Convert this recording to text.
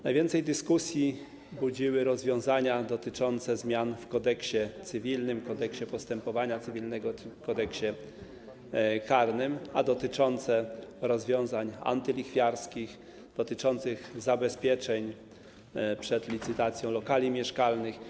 Najwięcej dyskusji budziły rozwiązania zaproponowane w zmianach w Kodeksie cywilnym, Kodeksie postępowania cywilnego, Kodeksie karnym, dotyczące rozwiązań antylichwiarskich odnośnie do zabezpieczeń przed licytacją lokali mieszkalnych.